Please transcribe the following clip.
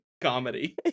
comedy